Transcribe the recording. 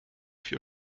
vier